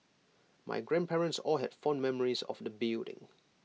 my grandparents all had fond memories of the building